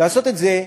לעשות את זה,